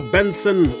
Benson